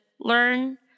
learn